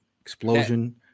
explosion